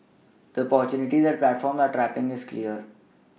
the opportunity that these platforms are tapPing is clear